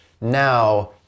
Now